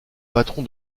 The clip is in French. patron